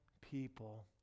people